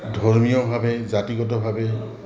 ধৰ্মীয়ভাৱে জাতিগতভাৱে